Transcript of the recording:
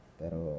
pero